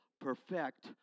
perfect